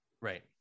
Right